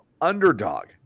underdog